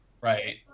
right